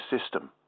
system